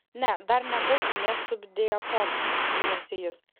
ne dar nebūsiu nė subdiakonas gynėsi jis